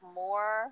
more